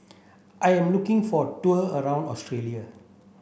I am looking for a tour around Australia